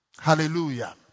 Hallelujah